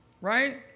right